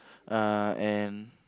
uh and